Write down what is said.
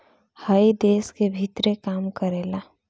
हइ देश के भीतरे काम करेला